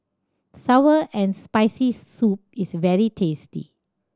sour and Spicy Soup is very tasty